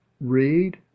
read